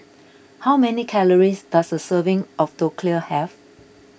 how many calories does a serving of Dhokla have